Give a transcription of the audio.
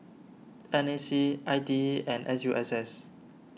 N A C I T E and S U S S